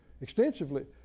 extensively